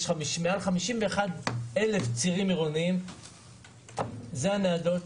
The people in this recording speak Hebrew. יש מעל 51,000 צירים עירוניים - אלו הניידות,